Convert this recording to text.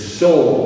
soul